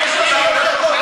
יש לו שלוש דקות.